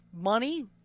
money